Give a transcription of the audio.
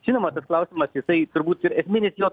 žinoma toks klausimas jisai turbūt ir esminis jo